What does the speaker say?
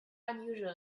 unusual